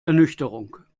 ernüchterung